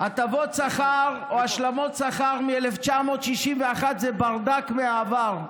הטבות שכר או השלמות שכר מ-1961 זה ברדק מהעבר.